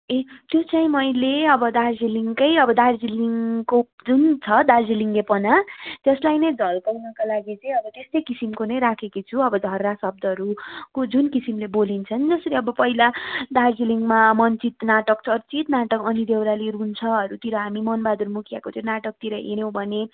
ए त्यो चाहिँ मैले अब दार्जिलिङको अब दार्जिलिङको जुन छ दार्जिलिङेपना त्यसलाई नै झल्काउनका लागि चाहिँ अब त्यस्तो किसिमको नै राखेकी छु अब झर्रा शब्दहरू को जुन किसिमले बोलिन्छ नि जसरी अब पहिला दार्जिलिङमा मञ्चित नाटक चर्चित नाटक अनि देउराली रुन्छहरूतिर हामी मन बहादुर मुखियाको त्यो नाटकतिर हेऱ्यौँ भने